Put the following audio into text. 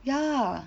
ya